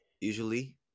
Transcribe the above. usually